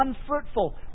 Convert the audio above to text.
unfruitful